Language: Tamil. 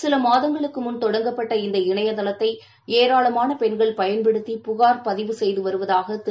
சிலமாதங்களுக்குமுன் தொடங்கப்பட்ட இந்த இணையதளத்தைஏராளமானபெண்கள் பயன்படுத்தி புகார் பதிவு செய்துவருவதாகதிரு